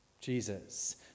Jesus